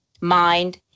mind